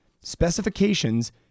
specifications